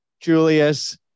Julius